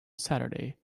saturday